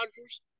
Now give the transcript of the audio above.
Rodgers